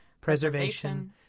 preservation